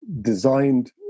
designed